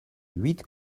huit